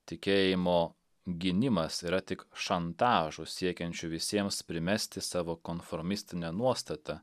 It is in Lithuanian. tikėjimo gynimas yra tik šantažu siekiančiu visiems primesti savo konformistinę nuostatą